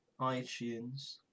iTunes